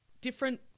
different